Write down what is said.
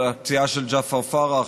על הפציעה של ג'עפר פרח,